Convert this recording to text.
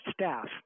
staff